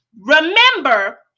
Remember